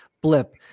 blip